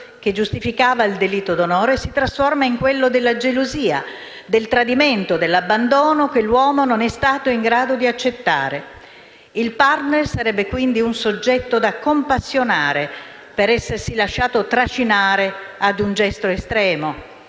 che giustificava il delitto d'onore, si trasforma in quello della gelosia, del tradimento, dell'abbandono che l'uomo non è stato in grado di accettare. Il *partner* sarebbe, quindi, un soggetto da compassionare per essersi lasciato trascinare ad un gesto estremo